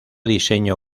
diseño